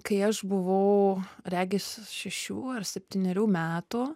kai aš buvau regis šešių ar septynerių metų